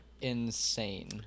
insane